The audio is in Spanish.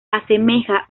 asemeja